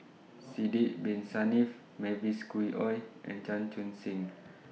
Sidek Bin Saniff Mavis Khoo Oei and Chan Chun Sing